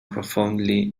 profoundly